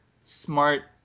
smart